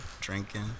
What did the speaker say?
Drinking